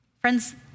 friends